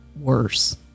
worse